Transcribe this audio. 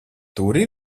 turi